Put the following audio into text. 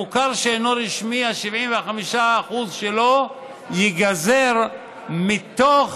המוכר שאינו רשמי, ה-75% שלו ייגזר מתוך